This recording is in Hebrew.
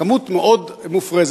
כמות מאוד מופרזת.